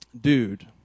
dude